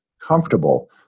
comfortable